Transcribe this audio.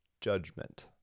judgment